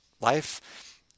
life